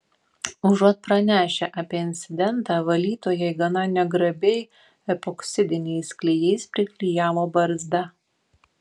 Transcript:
užuot pranešę apie incidentą valytojai gana negrabiai epoksidiniais klijais priklijavo barzdą